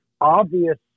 obvious